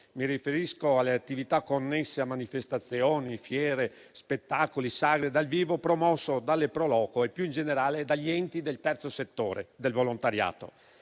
Mi riferisco alle attività connesse a manifestazioni, fiere, spettacoli e sagre dal vivo promosse dalle pro loco e, più in generale, dagli enti del terzo settore e del volontariato.